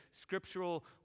scriptural